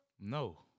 No